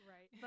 Right